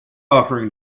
offering